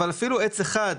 אפילו עץ אחד,